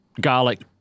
garlic